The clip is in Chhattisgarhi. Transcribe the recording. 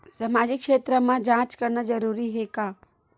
सामाजिक क्षेत्र म जांच करना जरूरी हे का?